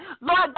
Lord